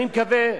אני לא מבין במפות,